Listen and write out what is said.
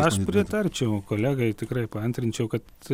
aš pritarčiau kolegai tikrai paantrinčiau kad